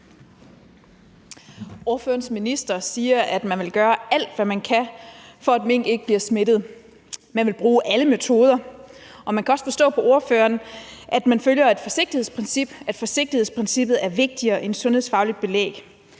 Ordførerens minister siger, at man vil gøre alt, hvad man kan, for at mink ikke bliver smittet – man vil bruge alle metoder. Og man kan også forstå på ordføreren, at man følger et forsigtighedsprincip; at forsigtighedsprincippet er vigtigere end sundhedsfagligt belæg.